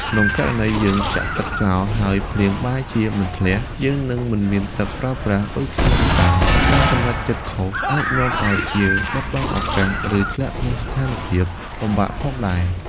ក្នុងករណី យើងចាក់ទឹកចោលហើយភ្លៀងបែរជាមិនធ្លាក់ យើងនឹងមិនមានទឹកប្រើប្រាស់ ដូចគ្នានេះដែរ ការសម្រេចចិត្តខុសអាចនាំឲ្យយើងបាត់បង់ឱកាស ឬធ្លាក់ក្នុងស្ថានភាពលំបាកផងដែរ។